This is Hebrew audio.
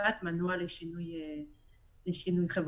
מאושרת במסגרת תיקון חוק יסוד.